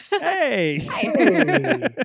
Hey